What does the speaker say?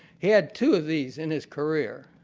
he had two of these in his career.